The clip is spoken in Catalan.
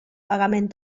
pagament